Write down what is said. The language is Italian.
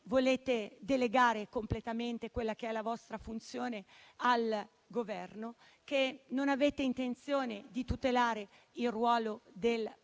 volete delegare completamente la vostra funzione al Governo; che non avete intenzione di tutelare il ruolo del